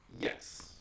Yes